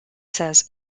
says